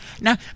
Now